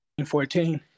2014